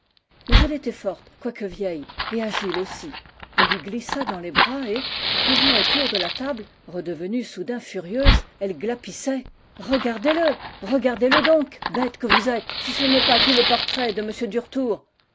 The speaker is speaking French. mais elle était forte quoique vieille et agile aussi elle lui glissa dans les bras et courant autour de la table redevenue soudain furieuse elle glapissait regardez-le regardez-le donc béte que vous êtes si ce n'est pas tout le portrait de m duretour